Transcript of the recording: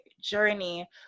journey